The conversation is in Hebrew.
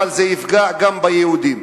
אבל זה יפגע גם ביהודים.